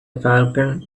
falcon